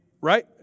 right